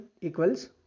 equals